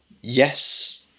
yes